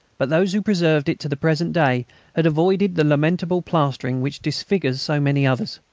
but those who preserved it to the present day had avoided the lamentable plastering which disfigures so many others.